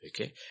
Okay